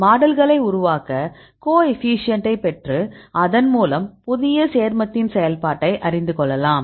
மாடல்களை உருவாக்க கோஎஃபீஷியேன்ட்டை பெற்று அதன்மூலம் புதிய சேர்மத்தின் செயல்பாட்டைப் அறிந்து கொள்ளலாம்